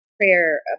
prayer